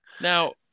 Now